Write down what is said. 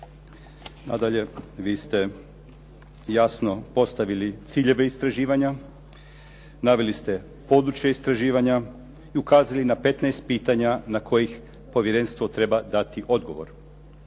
Nadalje, vi ste jasno postavili ciljeve istraživanja, naveli ste područje istraživanja i ukazali na 15 pitanja na koje povjerenstvo treba dati odgovor.